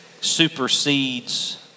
supersedes